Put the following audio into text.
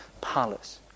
palace